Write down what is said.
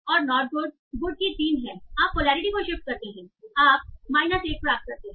और not good good की 3 है आप पोलैरिटी को शिफ्ट करते हैं आप 1 प्राप्त करते हैं